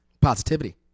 positivity